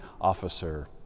officer